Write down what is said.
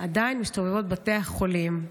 עדיין מסתובבות בבתי החולים.